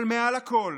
אבל מעל הכול,